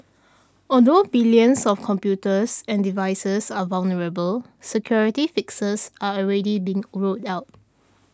although billions of computers and devices are vulnerable security fixes are already being rolled out